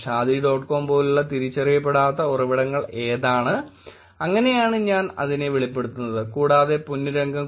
Shaadi dot com പോലുള്ള തിരിച്ചറിയപ്പെടാത്ത ഉറവിടങ്ങൾ ഏതാണ് അങ്ങനെയാണ് ഞാൻ അങ്ങനെ വെളിപ്പെടുത്തുന്നത് കൂടാതെ പൊന്നുരംഗം